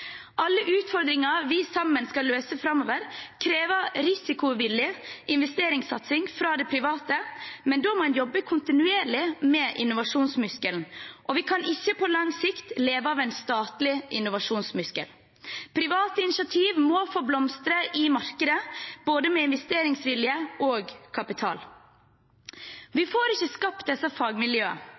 Alle utfordringer vi sammen skal løse framover, krever risikovillig investeringssatsing fra det private, men da må en jobbe kontinuerlig med innovasjonsmuskelen. Vi kan ikke på lang sikt leve av en statlig innovasjonsmuskel. Private initiativer må få blomstre i markedet, både med investeringsvilje og kapital. Vi får ikke skapt disse